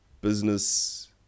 business